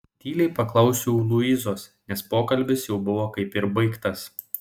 tyliai paklausiau luizos nes pokalbis jau buvo kaip ir baigtas